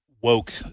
woke